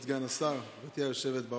כבוד סגן השר, גברתי היושבת-ראש,